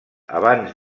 abans